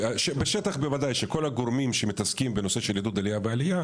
בשטח בוודאי שכל הגורמים שמתעסקים בנושא של עידוד עלייה בעלייה,